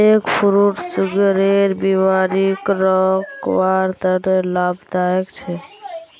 egg fruit सुगरेर बिमारीक रोकवार तने लाभदायक छे